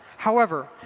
however,